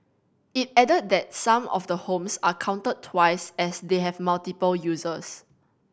it added that some of the homes are counted twice as they have multiple uses